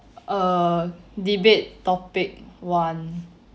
err debate topic one